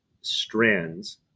strands